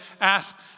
ask